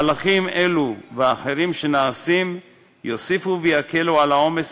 מהלכים אלו ואחרים שנעשים יוסיפו ויקלו את העומס